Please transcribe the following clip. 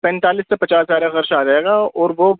پینتالیس سے پچاس ہزار کا خرچہ آ جائے گا اور وہ